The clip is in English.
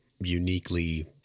uniquely